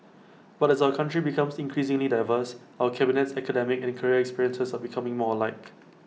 but as our country becomes increasingly diverse our cabinet's academic and career experiences are becoming more alike